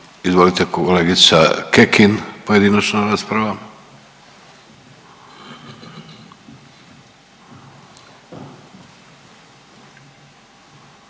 Izvolite, kolegica Kekin, pojedinačna rasprava.